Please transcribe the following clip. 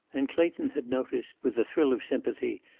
and clayton had noticed, with a thrill of sympathy,